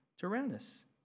Tyrannus